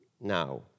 now